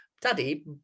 daddy